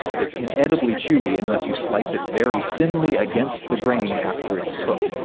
it's inedibly chewy unless you slice it very thinly against the grain after it's cooked.